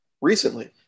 Recently